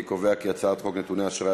אני קובע כי הצעת חוק נתוני אשראי,